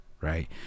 right